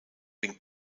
been